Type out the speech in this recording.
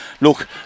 look